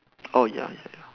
oh ya ya